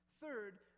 Third